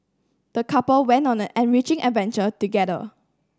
the couple went on an enriching adventure together